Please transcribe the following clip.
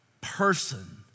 person